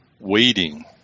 waiting